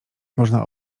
można